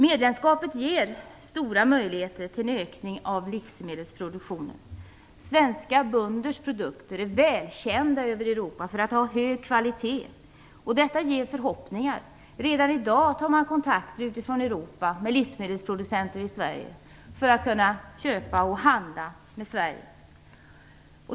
Medlemskapet ger stora möjligheter till ökning av livsmedelsproduktionen. Svenska bönders produkter är välkända över Europa för att ha hög kvalitet. Detta inger förhoppningar. Redan i dag tar man kontakt utifrån Europa med livsmedelsproducenter i Sverige för att kunna köpa och handla med Sverige.